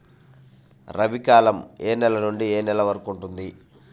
రబీ కాలం ఏ నెల నుండి ఏ నెల వరకు ఉంటుంది?